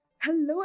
Hello